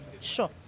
Sure